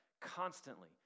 constantly